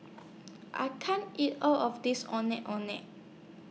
I can't eat All of This Ondeh Ondeh